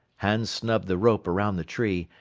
hans snubbed the rope around the tree,